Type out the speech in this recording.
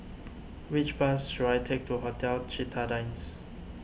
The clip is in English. which bus should I take to Hotel Citadines